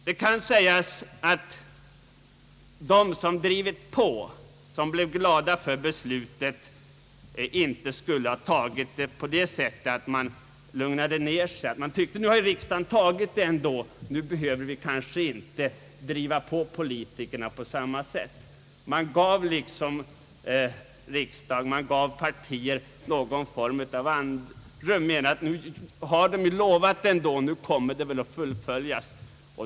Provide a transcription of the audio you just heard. Det kan sägas att de som drivit på och som blev glada åt beslutet inte borde ha lugnat ner sig och ansett att de, sedan riksdagen fattat sitt beslut, inte längre behövde skynda på politikerna på samma sätt. Man gav riksdagen och partierna ett andrum och tänkte: När det nu givits ett löfte, så kommer det väl att fullföljas!